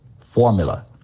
formula